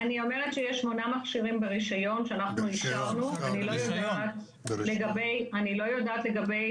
אני אומרת שיש 8 מכשירים ברישיון שאנחנו אישרנו ואני לא יודעת לגבי